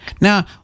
Now